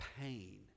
pain